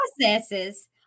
processes